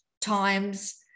times